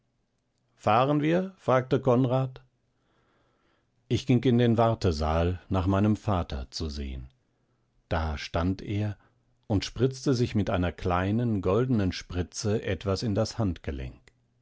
fahren wir fragte konrad ich ging in den wartesaal nach meinem vater zu sehn da stand er und spritzte sich mit einer kleinen goldenen spritze etwas in das handgelenk